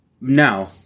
Now